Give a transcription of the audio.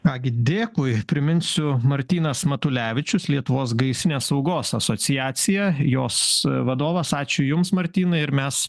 ką gi dėkui priminsiu martynas matulevičius lietuvos gaisrinės saugos asociacija jos vadovas ačiū jums martynai ir mes